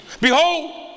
Behold